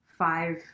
five